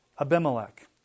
Abimelech